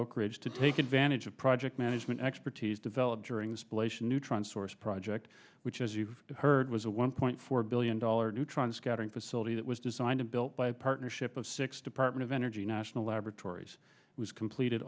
oak ridge to take advantage of project management expertise develop during this place a neutron source project which as you've heard was a one point four billion dollars neutron scattering facility that was designed and built by a partnership of six department of energy national laboratories was completed